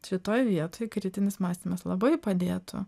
čia toj vietoj kritinis mąstymas labai padėtų